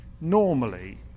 Normally